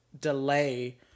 delay